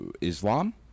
islam